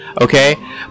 Okay